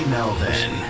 Melvin